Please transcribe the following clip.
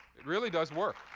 it really does work.